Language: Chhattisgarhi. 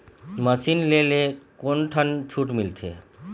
मशीन ले ले कोन ठन छूट मिलथे?